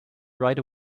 right